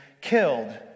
killed